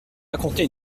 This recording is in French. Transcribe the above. raconter